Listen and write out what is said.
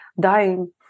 dying